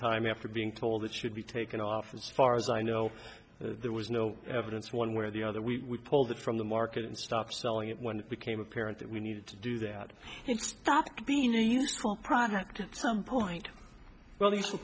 time after being told it should be taken off as far as i know there was no evidence one way or the other we pulled it from the market and stop selling it when it became apparent that we needed to do that it stopped being a useful product a term point well these